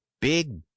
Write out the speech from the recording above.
Big